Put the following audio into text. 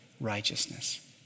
righteousness